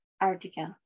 Article